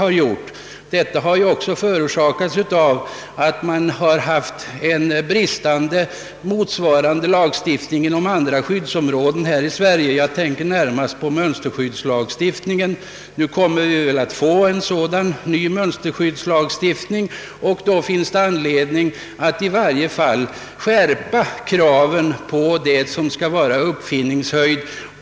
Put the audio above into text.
Den något mildare bedömningen har väl berott på att vi inte haft en motsvarande lagstiftning inom andra skyddsområden — jag tänker närmast på mönsterskyddslagstiftningen. Nu kommer vi förmodligen att få en ny mönsterskyddslagstiftning, och då finns det anledning att skärpa kraven på vad som skall vara uppfinningshöjd.